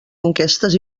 enquestes